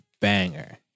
banger